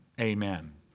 amen